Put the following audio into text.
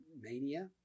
mania